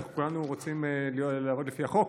ואנחנו כולנו רוצים לעבוד לפי החוק.